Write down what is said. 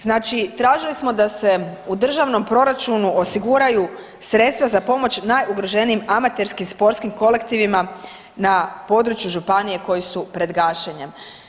Znači tražili smo da se u državnom proračunu osiguraju sredstva za pomoć najugroženijim amaterskim sportskim kolektivima na području županije koji su pred gašenjem.